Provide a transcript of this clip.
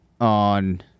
on